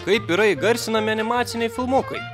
kaip yra įgarsinami animaciniai filmukai